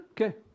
okay